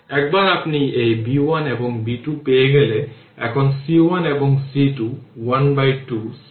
এখন 1 Ω রেজিষ্টর এর পরের পাওয়ারটি হল p t v square R